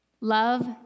Love